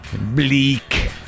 Bleak